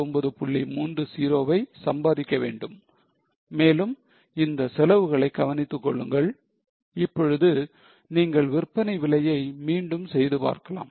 30 ஐ சம்பாதிக்க வேண்டும் மேலும் இந்த செலவுகளை கவனித்துக் கொள்ளுங்கள் இப்பொழுது நீங்கள் விற்பனை விலையை மீண்டும் செய்து பார்க்கலாம்